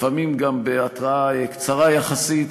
לפעמים גם בהתראה קצרה יחסית.